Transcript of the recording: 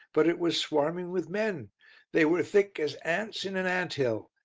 but it was swarming with men they were thick as ants in an anthill.